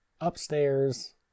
Upstairs